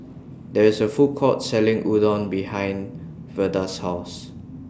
There IS A Food Court Selling Udon behind Verda's House